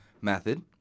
method